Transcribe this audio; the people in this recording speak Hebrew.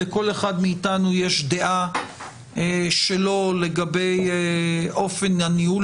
לכל אחד מאיתנו יש דעה שלו לגבי אופן הניהול